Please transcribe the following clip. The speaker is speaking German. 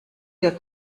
der